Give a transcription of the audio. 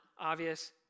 Obvious